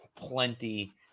plenty